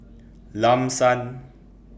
Lam San